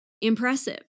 impressive